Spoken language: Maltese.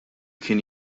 kien